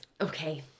Okay